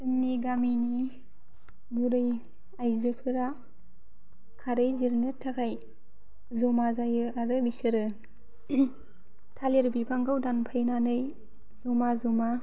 जोंनि गामिनि बुरै आयजोफोरा खारै जिरनो थाखाय ज'मा जायो आरो बिसोरो थालेर बिफांखौ दानफायनानै ज'मा ज'मा